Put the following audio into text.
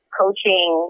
coaching